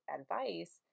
advice